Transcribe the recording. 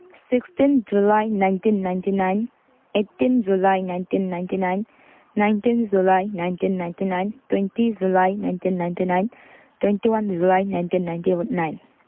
sixteen July nineteen ninety nine eighteen July nineteen ninety nine nineteen July nineteen ninety nine twenty July nineteen ninety nine twenty one July nineteen ninety nine